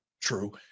true